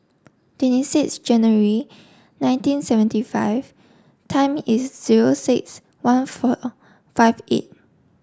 twenty six January nineteen seventy five time is zero six one four five eight